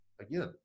again